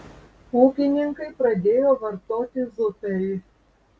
ūkininkai pradėjo vartoti zuperį